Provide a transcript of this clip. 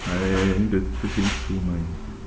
I ended fishing shrimp ah